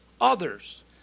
others